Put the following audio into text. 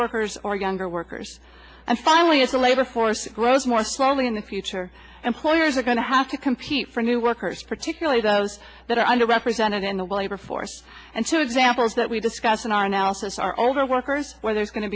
workers or younger workers and finally as the labor force grows more slowly in the future employers are going to have to compete for new workers particularly those that are under represented in the labor force and so examples that we discuss in our analysis are older workers whether it's going to